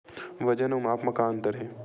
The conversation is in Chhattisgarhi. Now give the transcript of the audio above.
वजन अउ माप म का अंतर हे?